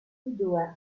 due